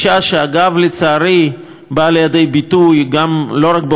לצערי באה לידי ביטוי לא רק באותה החלטה אלא